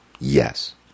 Yes